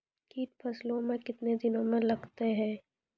कीट फसलों मे कितने दिनों मे लगते हैं?